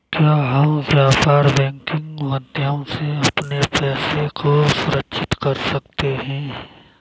क्या हम व्यापार बैंकिंग के माध्यम से अपने पैसे को सुरक्षित कर सकते हैं?